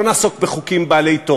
שלא יהיה תנאי "התנהגות לא הולמת".